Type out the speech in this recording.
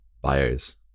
buyers